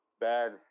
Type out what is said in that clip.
bad